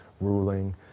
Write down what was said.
ruling